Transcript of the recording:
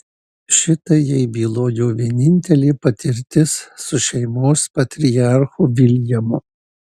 šitai jai bylojo vienintelė patirtis su šeimos patriarchu viljamu